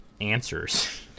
answers